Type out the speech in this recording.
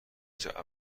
جعبه